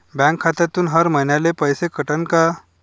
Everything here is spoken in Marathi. बँक खात्यातून हर महिन्याले पैसे कटन का?